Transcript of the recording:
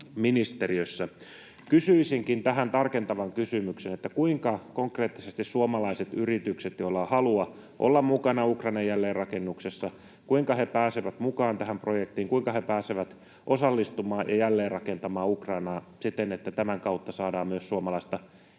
Kysyisinkin tähän tarkentavan kysymyksen: kuinka suomalaiset yritykset, joilla on halua olla mukana Ukrainan jälleenrakennuksessa, pääsevät konkreettisesti mukaan tähän projektiin, kuinka he pääsevät osallistumaan ja jälleenrakentamaan Ukrainaa siten, että tämän kautta saadaan myös suomalaista vientiä